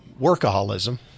workaholism